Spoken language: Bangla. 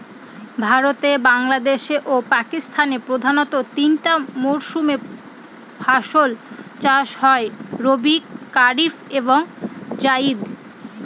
ভারতে বাংলাদেশে ও পাকিস্তানে প্রধানত তিনটা মরসুমে ফাসল চাষ হয় রবি কারিফ এবং জাইদ